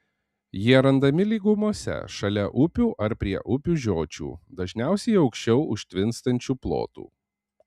jie randami lygumose šalia upių ar prie upių žiočių dažniausiai aukščiau užtvinstančių plotų